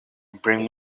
bring